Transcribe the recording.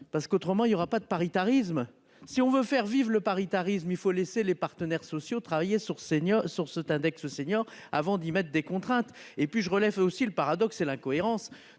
Parce qu'autrement il n'y aura pas de paritarisme, si on veut faire vivre le paritarisme, il faut laisser les partenaires sociaux travailler sur senior sur cet index. Avant 10 mètres des contraintes et puis je relève aussi le paradoxe, c'est l'incohérence